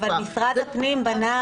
אבל משרד הפנים בנה,